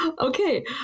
Okay